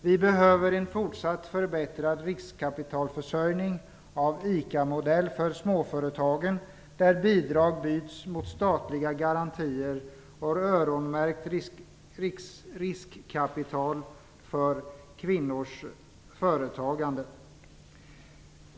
Vi behöver en fortsatt förbättrad riskkapitalförsörjning av ICA-modell för småföretagen där bidrag byts mot statliga garantier och öronmärkt riskkapital för kvinnors företagande.